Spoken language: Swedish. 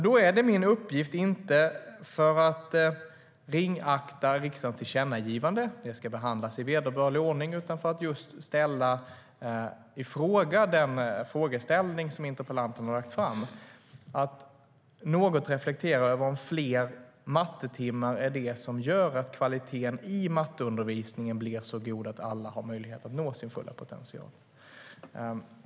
Då är det min uppgift - inte för att ringakta riksdagens tillkännagivande, för det ska behandlas i vederbörlig ordning - att just ställa ifråga den frågeställning som interpellanten har lagt fram och att något reflektera över om fler mattetimmar är det som gör att kvaliteten i matteundervisningen blir så god att alla har möjlighet att nå sin fulla potential.